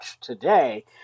today